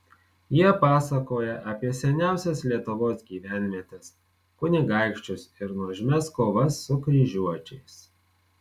jie pasakoja apie seniausias lietuvos gyvenvietes kunigaikščius ir nuožmias kovas su kryžiuočiais